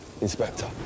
Inspector